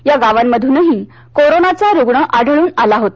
या गावामधूनही कोरोनाचा रुग्ण आढळून आला होता